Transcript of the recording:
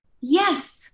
Yes